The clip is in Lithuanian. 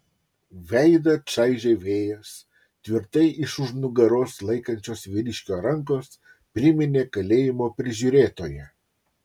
veidą čaižė vėjas tvirtai iš už nugaros laikančios vyriškio rankos priminė kalėjimo prižiūrėtoją